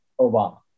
Obama